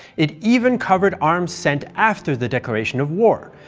it even covered arms sent after the declaration of war,